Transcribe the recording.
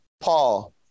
Paul